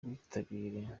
ubwitabire